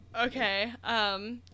Okay